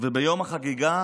וביום החגיגה